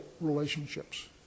relationships